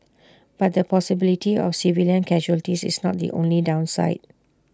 but the possibility of civilian casualties is not the only downside